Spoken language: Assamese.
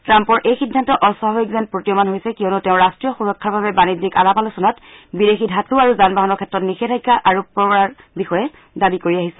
ট্ৰাম্পৰ এই সিদ্ধান্ত অস্বাভাৱিক যেন প্ৰতীয়মান হৈছে কিয়নো তেওঁ ৰাষ্ট্ৰীয় সুৰক্ষাৰ বাবে বাণিজ্যিক আলাপ আলোচনাত বিদেশী ধাতু আৰু যান বাহনৰ ক্ষেত্ৰত নিষেধাজ্ঞা আৰোপ কৰাৰ বিষয়ে দাবী কৰি আহিছে